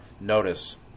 Notice